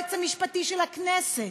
היועץ המשפטי של הכנסת,